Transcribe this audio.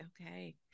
Okay